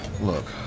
Look